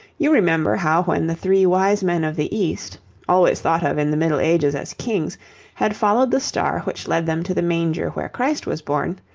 you remember how when the three wise men of the east always thought of in the middle ages as kings had followed the star which led them to the manger where christ was born,